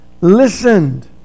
listened